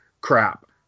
crap